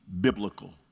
Biblical